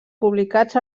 publicats